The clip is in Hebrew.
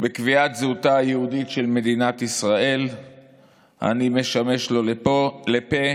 בקביעת זהותה היהודית של מדינת ישראל אני משמש לו לפה.